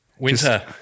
Winter